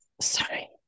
Sorry